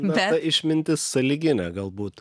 bet išmintis sąlyginė galbūt